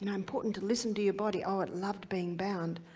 and important to listen to your body. oh, it loved being bound.